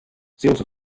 sales